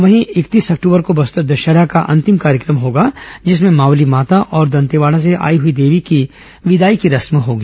वहीं इकतीस अक्टूबर को बस्तर दशहरा का अंतिम कार्यक्रम होगा जिसमें मावली माता और दंतेवाड़ा से आई हई देवी की विदाई की रस्म होगी